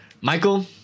Michael